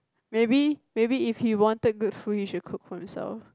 maybe maybe if he want take good food he should cook for himself